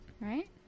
Right